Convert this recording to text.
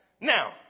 Now